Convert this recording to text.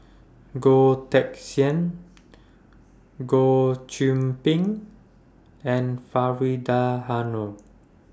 Goh Teck Sian Goh Qiu Bin and Faridah Hanum